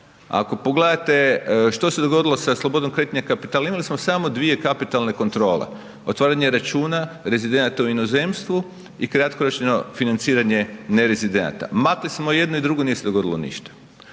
Ako pogledate što se dogodilo sa slobodom kretanja kapitala, imali smo samo dvije kapitalne kontrole. Otvaranje računa rezidenata u inozemstvu i kratkoročno financiranje nerezidenata. Maknuli smo i jedno i drugo, nije se dogodilo ništa.